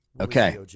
okay